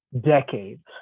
decades